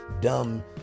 dumb